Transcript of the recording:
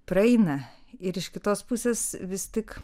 praeina ir iš kitos pusės vis tik